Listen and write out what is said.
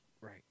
Right